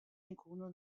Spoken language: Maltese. inkunu